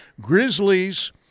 Grizzlies